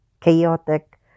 chaotic